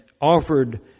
offered